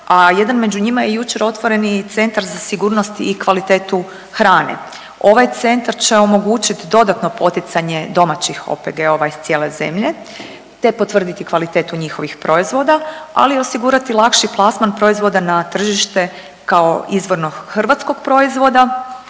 a jedan među njima je jučer otvoreni Centar za sigurnost i kvalitetu hrane. Ovaj centar će omogućiti dodatno poticanje domaćih OPG-ova iz cijele zemlje te potvrditi kvalitetu njihovih proizvoda, ali osigurati lakši plasman proizvoda na tržište kao izvorno hrvatskog proizvoda